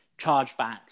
Chargebacks